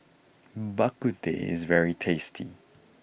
Bak Kut Teh is very tasty